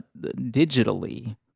digitally